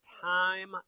time